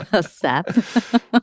Seth